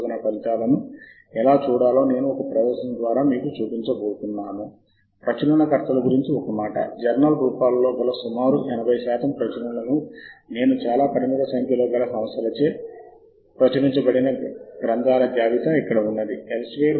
అన్ని అంశాలను వీక్షించడానికి అన్ ఫీల్డ్ లింక్ పై క్లిక్ చేయండి అన్ని అంశాలను ఎంచుకోవడానికి చెక్ బాక్స్పై క్లిక్ చేయండి మరియు డ్రాప్ డౌన్ మెను క్రింద క్రొత్త సమూహాన్ని ఎన్నుకోండి సమూహానికి జోడించడానికి ఈ జాబితాకు తగిన పేరు ఇవ్వండి